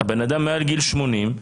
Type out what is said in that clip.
האדם מעל גיל 80,